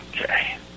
Okay